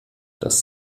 das